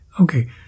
Okay